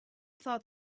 thought